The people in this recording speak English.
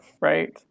right